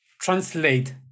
translate